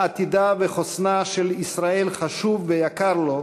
עתידה וחוסנה של ישראל חשוב ויקר לו,